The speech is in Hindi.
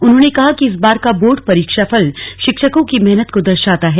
उन्होंने कहा कि इस बार का बोर्ड परीक्षाफल शिक्षकों की मेहनत को दर्शाता है